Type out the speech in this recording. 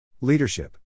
Leadership